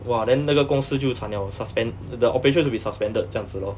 !wah! then 那个公司就惨 liao suspend the operations will be suspended 这样子 lor